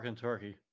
turkey